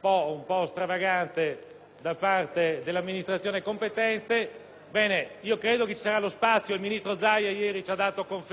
un po' stravagante da parte dell'amministrazione competente. Dunque, io credo che ci sarà lo spazio - il ministro Zaia ieri ce ne ha dato conferma e il Sottosegretario è qui a testimoniarlo